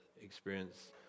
experience